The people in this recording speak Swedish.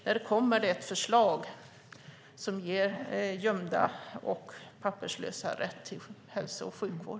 När kommer det ett förslag som ger gömda och papperslösa rätt till hälso och sjukvård?